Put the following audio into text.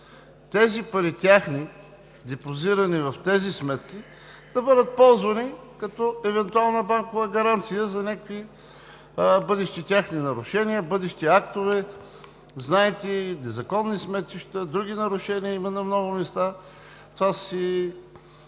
тези техни пари, депозирани в тези сметки, да бъдат ползвани като евентуална банкова гаранция за някакви бъдещи техни нарушения, бъдещи актове – знаете незаконни сметища, други нарушения има на много места. Това са